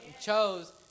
chose